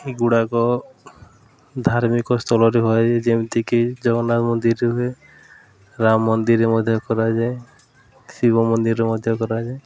ଏଗୁଡ଼ାକ ଧାର୍ମିକସ୍ଥଳରେ ହୁଏ ଯେମିତି କି ଜଗନ୍ନାଥ ମନ୍ଦିରରେ ହୁଏ ରାମ ମନ୍ଦିରରେ ମଧ୍ୟ କରାଯାଏ ଶିବ ମନ୍ଦିରରେ ମଧ୍ୟ କରାଯାଏ